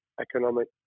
economic